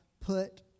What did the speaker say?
Put